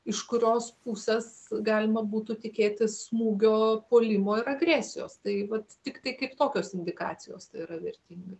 iš kurios pusės galima būtų tikėtis smūgio puolimo ir agresijos tai vat tiktai kaip tokios indikacijos tai yra vertinga